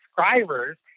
subscribers